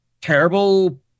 terrible